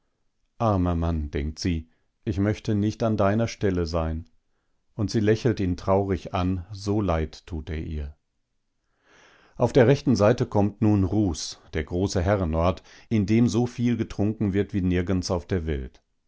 armer mann denkt sie ich möchte nicht an deiner stelle sein und sie lächelt ihn traurig an so leid tut er ihr auf der rechten seite kommt nun ruß der große herrenort in dem so viel getrunken wird wie nirgends auf der welt